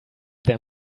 their